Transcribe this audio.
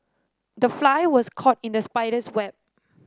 the fly was caught in the spider's web